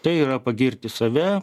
tai yra pagirti save